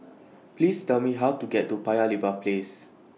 Please Tell Me How to get to Paya Lebar Place